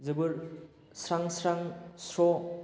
जोबोद स्रां स्रां स्र'